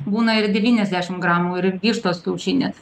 būna ir devyniasdešim gramų ir vištos kiaušinis